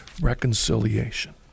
reconciliation